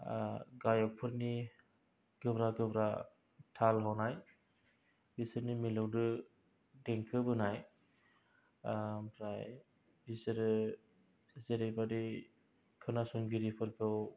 गायकफोरनि गोब्रा गोब्रा थाल हनाय बिसोरनि मिलौदो देंखो बोनाय आमफ्राय बिसोरो जेरै बादि खोनासंगिरिखौ